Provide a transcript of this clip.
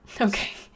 Okay